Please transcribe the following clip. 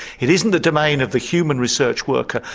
it isn't the domain of the human research worker,